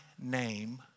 name